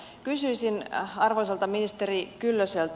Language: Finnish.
kysyisin arvoisalta ministeri kyllöseltä